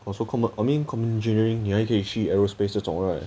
oh so com~ I mean common engineering 你还可以去 aerospace 那种 right